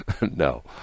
No